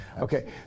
Okay